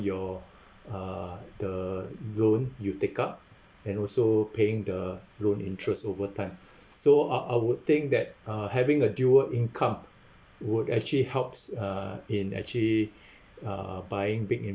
your uh the loan you take up and also paying the loan interest over time so I I would think that uh having a dual income would actually helps uh in actually uh buying big